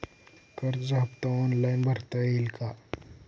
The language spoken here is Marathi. कर्ज हफ्ता ऑनलाईन भरता येईल का?